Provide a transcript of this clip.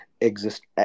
exist